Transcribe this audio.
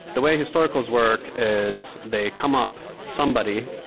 the way historicals work is they come up somebody.